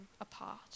apart